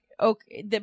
okay